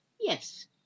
Yes